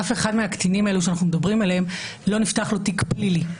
לאף אחד מהקטינים האלו שאנחנו מדברים עליהם לא נפתח תיק פלילי.